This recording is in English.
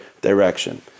direction